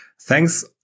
thanks